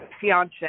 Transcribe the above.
fiance